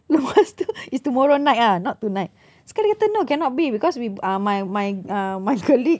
lepas tu it's tomorrow night ah not tonight sekali dia kata no cannot be because we ah my my uh my colleague